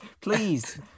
Please